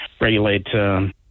regulate